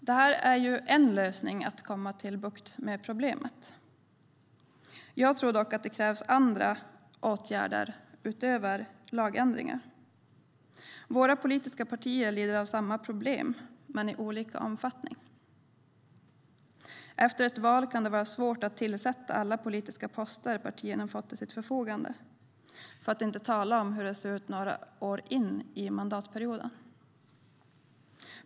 Detta är en lösning för att få bukt med problemet. Jag tror dock att det krävs andra åtgärder utöver lagändringen. Våra politiska partier lider av samma problem men i olika omfattning. Efter ett val kan det vara svårt att tillsätta alla politiska poster partierna har fått till sitt förfogande, för att inte tala om hur det ser ut några år in i mandatperioden.